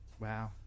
Wow